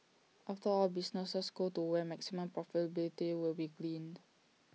after all businesses go to where maximum profitability will be gleaned